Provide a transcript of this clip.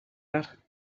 that